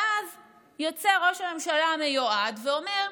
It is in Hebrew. ואז יוצא ראש הממשלה המיועד ואומר: